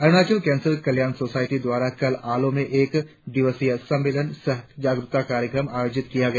Arunachal cancer Kalyan society द्वारा कल आलो में एक दिवसीय सम्मेलन सह जागरुकता कार्यक्रम आयोजित किया गया